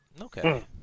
Okay